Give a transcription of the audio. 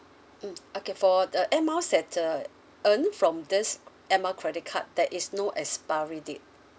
mm okay for uh air miles that uh earned from this air mile credit card there is no expiry date